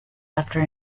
after